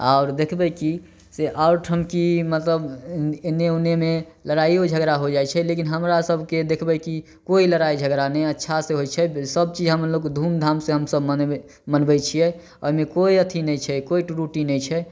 आओर देखबै कि से आओर ठन कि मतलब एन्ने ओन्नेमे लड़ाइयो झगड़ा हो जाइ छै लेकिन हमरा सबके देखबै कि कोइ लड़ाइ झगड़ा नहि अच्छा से होइ छै सबचीज हमलोग धूमधामसँ हमसब मनबै छियै एहिमे कोइ अथी नहि छै कोइ त्रुटि नहि छै